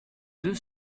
deux